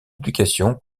éducation